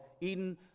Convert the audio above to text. Eden